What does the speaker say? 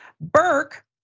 Burke